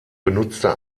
benutzte